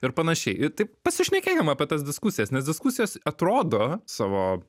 ir panašiai tai pasišnekėkim apie tas diskusijas nes diskusijos atrodo savo